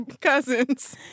cousins